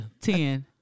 Ten